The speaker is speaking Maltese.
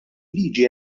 liġi